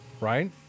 right